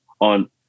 on